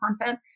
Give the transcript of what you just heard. content